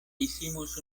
hicimos